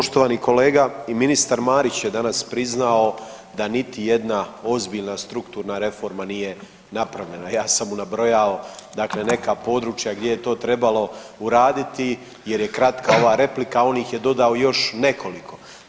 Poštovani kolega i ministar Marić je danas priznao da niti jedna ozbiljna strukturna reforma nije napravljena, ja sam mu nabrojao dakle neka područja gdje je to trebalo uraditi jer je kratka ova replika, a on ih je dodao još nekoliko.